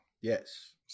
yes